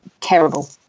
terrible